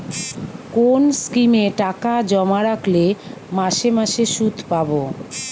কোন স্কিমে টাকা জমা রাখলে মাসে মাসে সুদ পাব?